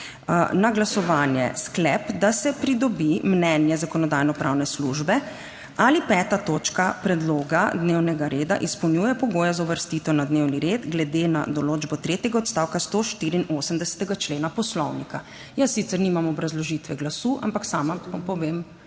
na glasovanje sklep, da se pridobi mnenje Zakonodajno-pravne službe ali 5. točka predloga dnevnega reda izpolnjuje pogoje za uvrstitev na dnevni red glede na določbo tretjega odstavka 184. člena Poslovnika. Jaz sicer nimam obrazložitve glasu, ampak sama vam